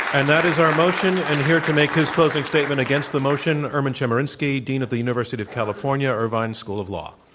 and that is our motion and here to make his closing statement against the motion erwin chemerinsky, dean of the university of california, irvine school of law.